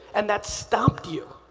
and that stopped you.